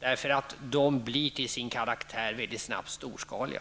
därför att de mycket snabbt till sin karaktär blir storskaliga.